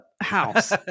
house